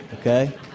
okay